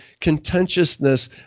contentiousness